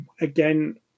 again